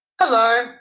Hello